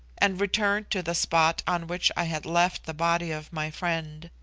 and returned to the spot on which i had left the body of my friend.